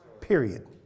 period